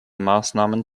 maßnahmen